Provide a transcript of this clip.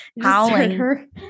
howling